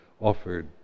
offered